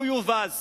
הוא יובס